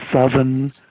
southern